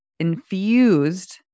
infused